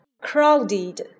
crowded